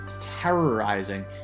terrorizing